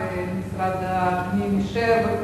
ממי שנתן את ההיתר,